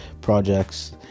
projects